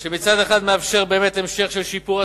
שמצד אחד מאפשר באמת המשך של שיפור הצמיחה,